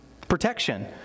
Protection